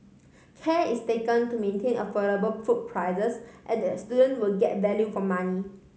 care is taken to maintain affordable food prices and that student will get value for money